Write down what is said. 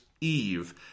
Eve